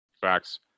Facts